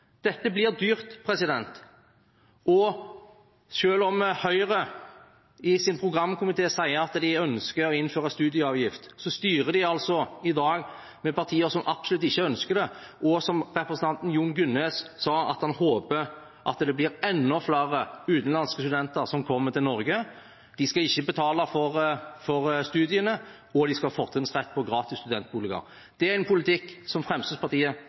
Dette blir dyrt, og selv om Høyre i sin programkomité sier at de ønsker å innføre studieavgift, styrer de altså i dag med partier som absolutt ikke ønsker det. Representanten Jon Gunnes sa at han håpet at det kom enda flere utenlandske studenter til Norge. De skal ikke betale for studiene, og de skal ha fortrinnsrett til gratis studentboliger. Det er en politikk som Fremskrittspartiet